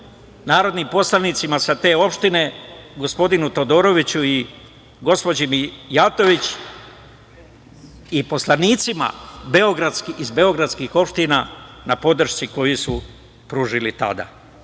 narodnim poslanicima sa te opštine, gospodinu Todoroviću i gospođi Mijatović i poslanicima iz beogradskih opština na podršci koju su pružili tada. Na